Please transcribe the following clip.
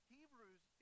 Hebrews